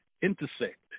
intersect